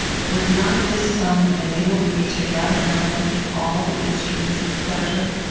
would not this sum enable me to gather round me all the instruments of pleasure?